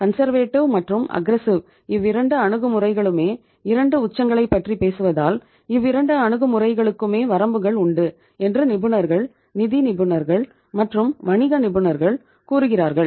conservative இவ்விரண்டு அணுகுமுறைகளுமே இரண்டு உச்சங்களைப் பற்றி பேசுவதால் இவ்விரண்டு அணுகுமுறைகள்ளுக்குமே வரம்புகள் உண்டு என்று நிபுணர்கள் நிதி நிபுணர்கள் மற்றும் வணிக நிபுணர்கள் கூறுகிறார்கள்